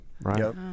Right